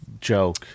joke